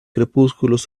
crepúsculos